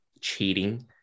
cheating